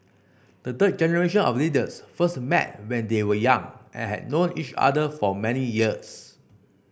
the third generation of leaders first met when they were young and had known each other for many years